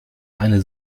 eine